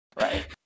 Right